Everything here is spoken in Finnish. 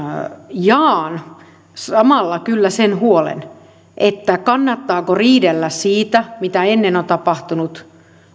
jaan samalla kyllä sen huolen kannattaako riidellä siitä mitä ennen on tapahtunut